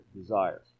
desires